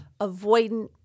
avoidant